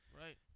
Right